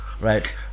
right